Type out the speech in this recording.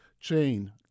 chain